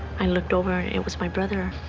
i looked over. it was my brother.